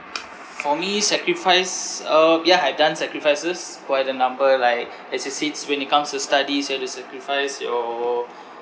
for me sacrifice uh ya I've done sacrifices quite a number like as you said when it comes to studies you'll have to sacrifice your